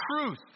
truth